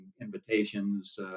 invitations